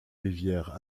rivière